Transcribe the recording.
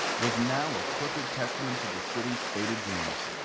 was now, a crooked testament to the city's faded dreams.